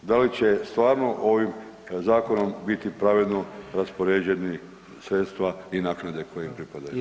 Da li će stvarno ovim zakonom biti pravedno raspoređena sredstva i naknade koje im pripadaju?